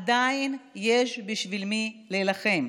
עדיין יש בשביל מי להילחם,